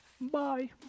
Bye